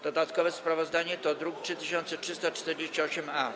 Dodatkowe sprawozdanie to druk nr 3348-A.